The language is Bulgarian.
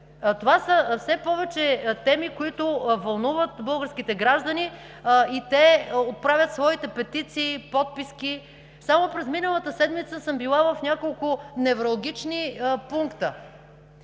Това са все повече теми, които вълнуват българските граждани, и те отправят своите петиции, подписки. Само през миналата седмица съм била в няколко невралгични пункта: